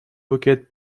букет